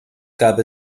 gab